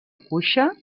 cuixa